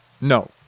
No